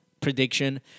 prediction